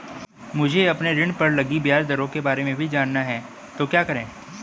मुझे अपने ऋण पर लगी ब्याज दरों के बारे में जानना है तो क्या करें?